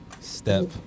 step